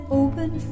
open